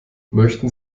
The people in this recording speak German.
möchten